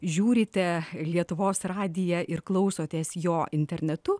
žiūrite lietuvos radiją ir klausotės jo internetu